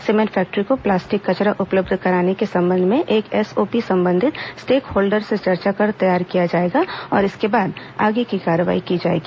cement factory को plastic कचरा उपलब्ध कराने के संबंध में एक एसओपी संबंधित स्टेक होल्डर से चर्चा कर तैयार किया जाएगा और इसके बाद आगे की कार्रवाई की जाएगी